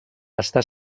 està